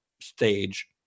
stage